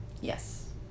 Yes